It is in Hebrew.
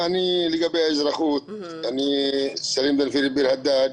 אני סלים דנפירי מביר האדג'.